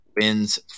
wins